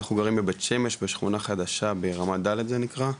אנחנו גרים בבית שמש בשכונה חדשה ברמה ד' זה נקרא.